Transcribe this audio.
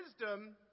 wisdom